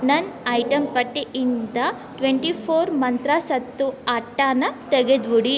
ನನ್ನ ಐಟಮ್ ಪಟ್ಟಿಯಿಂದ twenty four ಮಂತ್ರ ಸತ್ತು ಅಟ್ಟಾನ ತೆಗೆದ್ಬಿಡಿ